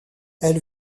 elle